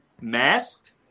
Masked